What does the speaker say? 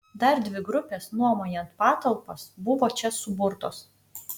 dar dvi grupės nuomojant patalpas buvo čia suburtos